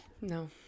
no